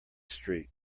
street